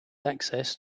access